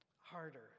harder